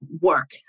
work